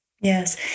Yes